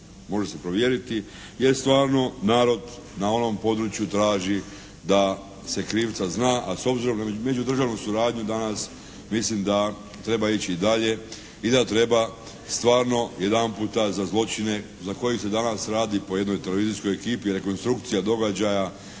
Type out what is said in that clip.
može se provjeriti jer stvarno narod na onom području traži da se krivca zna, a s obzirom na međudržavnu suradnju danas mislim da treba ići dalje i da treba stvarno jedanputa za zločine za koje se danas radi po jednoj televizijskoj ekipi rekonstrukcija događaja,